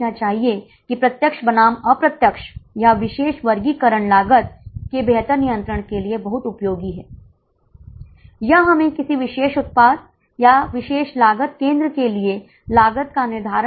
सरकारी अनुबंधों के लिए विशेष मूल्य निर्धारण के बारे में चर्चा की है यह उन्हीं के समान है यह भी नगरपालिका स्कूल के छात्रों के लिए एक विशेष मूल्य निर्धारण है